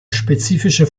spezifische